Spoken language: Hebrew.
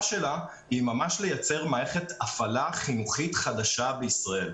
שלו היא לייצר מערכת הפעלה חינוכית חדשה בישראל.